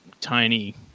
tiny